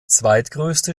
zweitgrößte